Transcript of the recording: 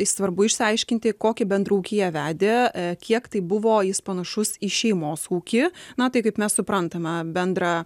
svarbu išsiaiškinti kokį bendrą ūkį jie vedė kiek tai buvo jis panašus į šeimos ūkį na tai kaip mes suprantame bendrą